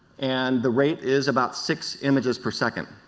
and the rate is about six images per second.